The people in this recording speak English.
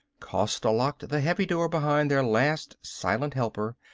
costa locked the heavy door behind their last silent helper,